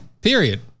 Period